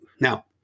Now